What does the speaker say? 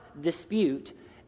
dispute